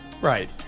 Right